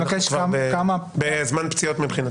כי אנחנו כבר בזמן פציעות מבחינתי.